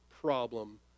problem